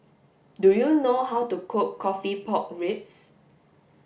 do you know how to cook coffee pork ribs